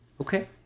Okay